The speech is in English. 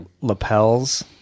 lapels